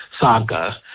saga